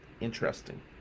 interesting